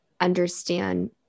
understand